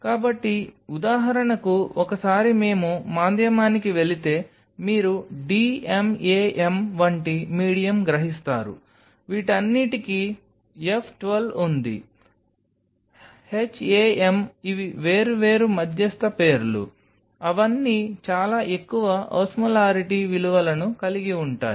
కాబట్టి ఉదాహరణకు ఒకసారి మేము మాధ్యమానికి వెళితే మీరు d m a m వంటి మీడియం గ్రహిస్తారు వీటన్నింటికీ F 12 ఉంది HAM ఇవి వేర్వేరు మధ్యస్థ పేర్లు అవన్నీ చాలా ఎక్కువ ఓస్మోలారిటీ విలువలను కలిగి ఉంటాయి